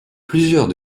plusieurs